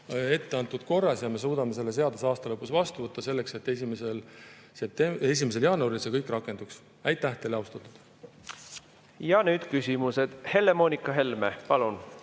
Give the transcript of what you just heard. etteantud korras ja me suudame selle seaduse aasta lõpus vastu võtta, selleks et 1. jaanuaril see kõik rakenduks. Aitäh teile, austatud! Ja nüüd küsimused. Helle-Moonika Helme, palun!